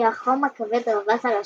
כשהחם הכבד רבץ על השכונה,